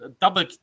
Double